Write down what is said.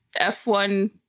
F1